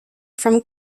from